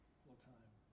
full-time